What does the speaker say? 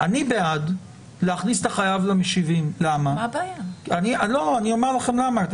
אני בעד להכניס את החייב למשיבים ואני אומר לכם למה.